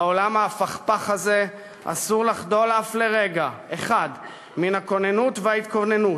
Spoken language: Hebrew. בעולם ההפכפך הזה אסור לחדול אף לרגע אחד מן הכוננות וההתכוננות,